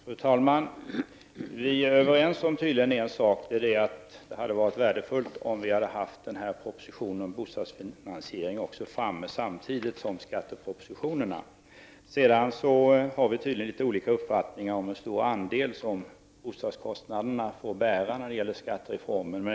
Fru talman! Vi är tydligen överens om en sak, nämligen att det hade varit värdefullt att ha propositionen om bostadsfinansieringen färdig samtidigt med skattepropositionerna. Sedan har vi tydligen litet olika uppfattningar om hur stor andel bostadskostnaderna får bära när det gäller skattereformen.